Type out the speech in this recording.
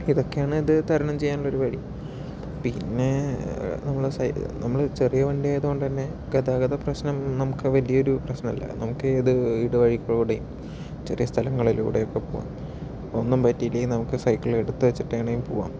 ഇതൊക്കെയാണ് ഇത് തരണം ചെയ്യാനുള്ള ഒരു വഴി പിന്നെ നമ്മൾ നമ്മൾ ചെറിയ വണ്ടിയായത് കൊണ്ട് തന്നെ ഗതാഗതപ്രശ്നം നമുക്ക് വലിയൊരു പ്രശ്നമല്ല നമുക്ക് ഏത് ഇടവഴി കൂടെയും ചെറിയ സ്ഥലങ്ങളിലൂടെയൊക്കെ പോകാം ഒന്നും പറ്റിയില്ലെങ്കിൽ നമുക്ക് സൈക്കിൾ എടുത്ത് വെച്ചിട്ടെങ്കിലും പോകാം